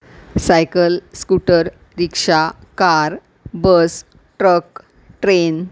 cycle scooter rickshaw car bus truck train